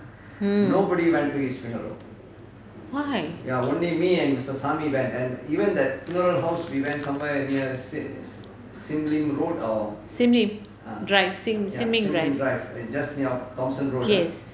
mm why sim lim drive sin ming drive yes